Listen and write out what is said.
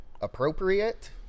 appropriate